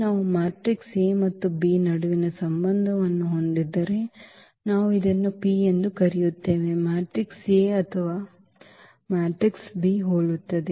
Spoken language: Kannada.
ನಾವು ಮ್ಯಾಟ್ರಿಕ್ಸ್ A ಮತ್ತು B ನಡುವಿನ ಸಂಬಂಧವನ್ನು ಹೊಂದಿದ್ದರೆ ನಾವು ಇದನ್ನು P ಎಂದು ಕರೆಯುತ್ತೇವೆ ಮ್ಯಾಟ್ರಿಕ್ಸ್ A ಅಥವಾ A ಮ್ಯಾಟ್ರಿಕ್ಸ್ B ಹೋಲುತ್ತದೆ